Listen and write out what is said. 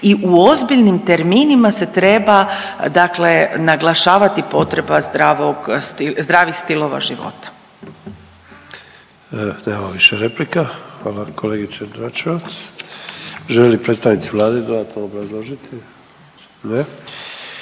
i u ozbiljnim terminima se treba dakle naglašavati potreba zdravog sti…, zdravih stilova života. **Sanader, Ante (HDZ)** Nemamo više replika, hvala kolegice Dračevac. Žele li predstavnici Vlade dodatno obrazložiti? Ne.